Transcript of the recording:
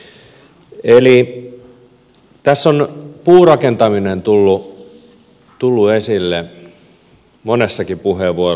eli tässä on puurakentaminen tullut esille monessakin puheenvuorossa